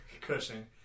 Cushing